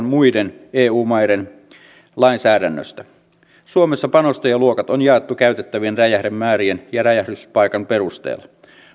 muiden eu maiden lainsäädännöstä suomessa panostajaluokat on jaettu käytettävien räjähdemäärien ja räjähdyspaikan perusteella